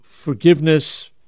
forgiveness—